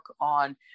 on